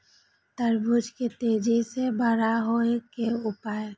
तरबूज के तेजी से बड़ा होय के उपाय?